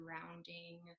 surrounding